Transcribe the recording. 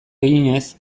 eginez